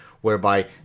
whereby